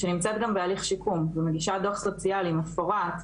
שנמצאת גם בהליך שיקום ומגישה דוח סוציאלי מפורט,